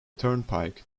turnpike